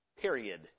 Period